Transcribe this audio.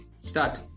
Start